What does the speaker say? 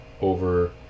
over